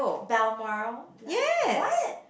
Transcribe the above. Balmoral blood what